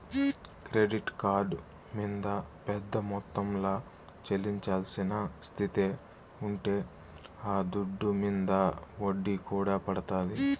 credit card మింద పెద్ద మొత్తంల చెల్లించాల్సిన స్తితే ఉంటే ఆ దుడ్డు మింద ఒడ్డీ కూడా పడతాది